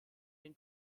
den